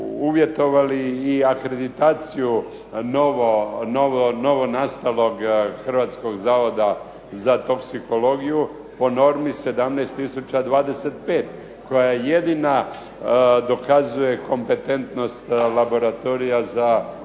uvjetovali i akreditaciju novonastalog hrvatskog Zavoda za toksikologiju. Po normi 17025 koja jedina dokazuje kompetentnost laboratorija za provođenje